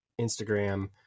Instagram